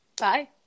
Bye